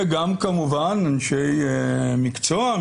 וגם כמובן אנשי מקצוע,